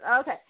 okay